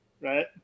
right